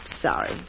sorry